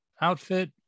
outfit